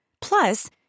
Plus